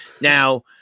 Now